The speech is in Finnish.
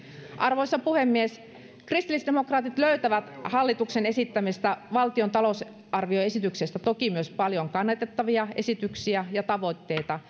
arvoisa puhemies kristillisdemokraatit löytävät hallituksen esittämästä valtion talousarvioesityksestä toki myös paljon kannatettavia esityksiä ja tavoitteita